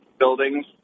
buildings